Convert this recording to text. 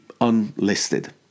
unlisted